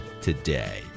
today